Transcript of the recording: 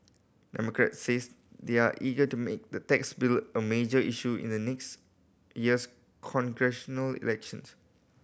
democrats says they're eager to make the tax bill a major issue in next year's congressional election